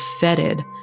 fetid